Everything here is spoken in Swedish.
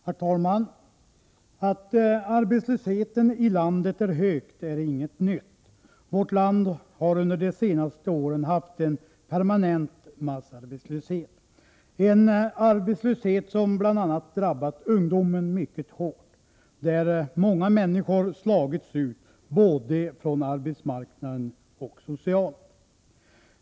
Herr talman! Att arbetslösheten i landet är hög är inget nytt. Vårt land har under de senaste åren haft en permanent massarbetslöshet, en arbetslöshet som drabbat bl.a. ungdomen mycket hårt och som lett till att många människor slagits ut både från arbetsmarknaden och socialt.